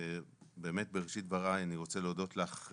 באמת בראשית דבריי אני רוצה להודות לך,